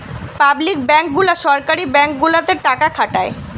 public bank গুলা সরকারি bank গুলাতে টাকা খাটায়